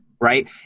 right